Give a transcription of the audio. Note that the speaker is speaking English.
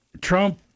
Trump